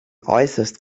äußerst